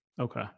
Okay